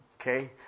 Okay